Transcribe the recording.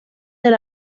del